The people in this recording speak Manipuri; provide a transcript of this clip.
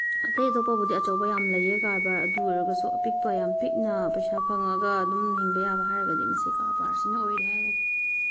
ꯑꯇꯩ ꯑꯇꯣꯞꯄꯕꯨꯗꯤ ꯑꯆꯧꯕ ꯌꯥꯝ ꯂꯩꯌꯦ ꯀꯔꯕꯥꯔ ꯑꯗꯨ ꯑꯣꯏꯔꯒꯁꯨ ꯑꯄꯤꯛꯄ ꯌꯥꯝ ꯄꯤꯛꯅ ꯄꯩꯁꯥ ꯐꯪꯉꯒ ꯑꯗꯨꯝ ꯍꯤꯡꯕ ꯌꯥꯕ ꯍꯥꯏꯔꯒꯗꯤ ꯃꯁꯤ ꯀꯔꯕꯥꯔꯁꯤꯅ ꯑꯣꯏꯔꯦ ꯍꯥꯏꯔꯒꯦ